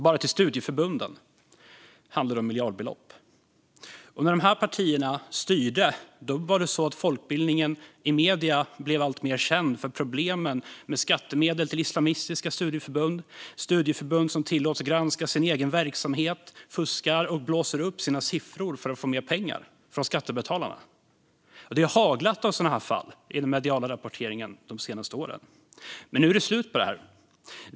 Bara till studieförbunden handlar det om miljardbelopp. När dessa partier styrde blev folkbildningen känd i medierna för problem med skattemedel till islamistiska studieförbund, studieförbund som tillåts granska sin egen verksamhet och studieförbund som fuskar och blåser upp sina siffror för att få mer pengar från skattebetalarna. Det har haglat sådana fall i den mediala rapporteringen de senaste åren. Men nu är det slut på det här.